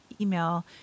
email